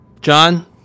John